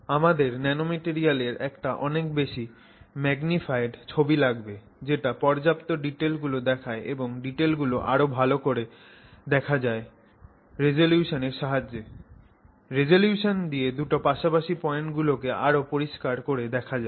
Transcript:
আমাদের ন্যানোম্যাটেরিয়ালের একটা অনেক বেশি ম্যাগনিফাইড ছবি লাগবে যেটা পর্যাপ্ত ডিটেল গুলো দেখায় এবং এই ডিটেলগুলো আরও ভালো করে দেখা যায় রিজোলিউশনের সাহায্যে রিজোলিউশন দিয়ে দুটো পাশাপাশি পয়েন্টগুলোকে আরও পরিষ্কার করে দেখা যায়